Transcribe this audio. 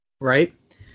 right